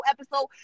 episode